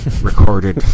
recorded